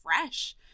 fresh